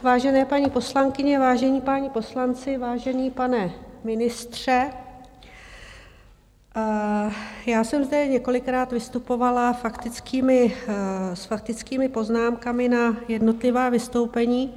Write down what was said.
Vážené paní poslankyně, vážení páni poslanci, vážený pane ministře, já jsem zde několikrát vystupovala s faktickými poznámkami na jednotlivá vystoupení.